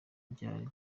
ryari